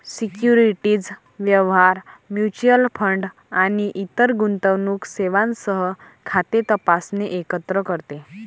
securities व्यवहार, mutual fund आणि इतर गुंतवणूक सेवांसह खाते तपासणे एकत्र करते